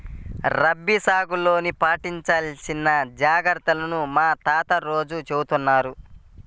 రబీ సాగులో పాటించాల్సిన జాగర్తలను మా తాత రోజూ చెబుతున్నారు